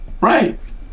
right